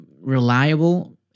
reliable